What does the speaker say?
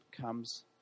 comes